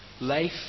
Life